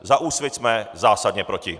Za Úsvit jsme zásadně proti.